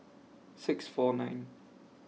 six four nine